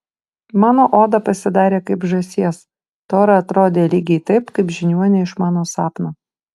mano oda pasidarė kaip žąsies tora atrodė lygiai taip kaip žiniuonė iš mano sapno